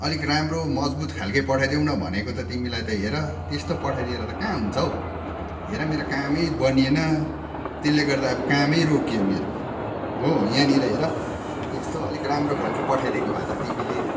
अलिक राम्रो मजबुत खालके पठाइदेऊ न भनेको त तिमीलाई त हेर त्यस्तो पठाइदिएर त कहाँ हुन्छ हौ हेर मेरो कामै बनिएन त्यसले गर्दा अब कामै रोकियो मेरो हो यहाँनिर हेर यस्तो अलिक राम्रै खालके पठाइदिएको भए त तिमीले